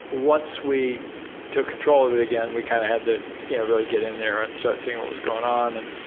once we took control of it again, we kind of had to you know really get in there and start seeing what was going on.